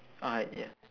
uh ya